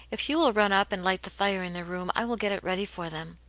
if you will run up and light the fire in their room, i will get it ready for them.